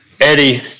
Eddie